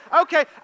Okay